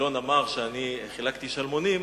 גילאון אמר שאני חילקתי שלמונים,